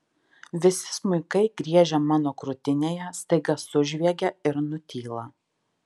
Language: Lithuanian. visi smuikai griežę mano krūtinėje staiga sužviegia ir nutyla